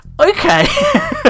Okay